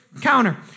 counter